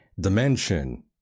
dimension